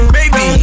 Baby